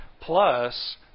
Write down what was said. plus